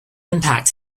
impact